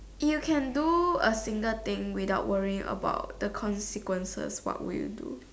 you can do a single thing without worrying about the consequences what would you do